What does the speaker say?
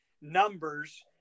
numbers